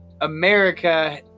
America